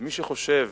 מי שחושב